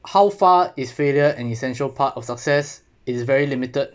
how far is failure an essential part of success is very limited